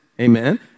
Amen